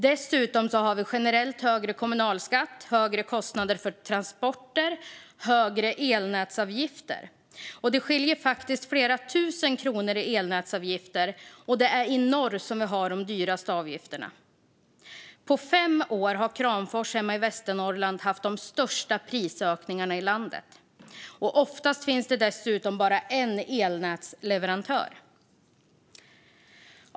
Dessutom har vi generellt högre kommunalskatt, högre kostnader för transporter och högre elnätsavgifter. Det skiljer flera tusen kronor i elnätsavgift, och det är vi i norr som har de högsta avgifterna. På fem år har Kramfors hemma i Västernorrland haft de största prisökningarna i landet. Oftast finns det dessutom bara en elnätsleverantör.